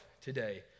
today